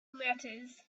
matters